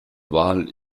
wal